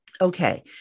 Okay